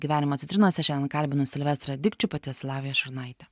gyvenimo citrinose šiandien kalbinu silvestrą dikčių pati esu lavija šurnaitė